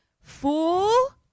Fool